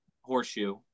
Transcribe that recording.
horseshoe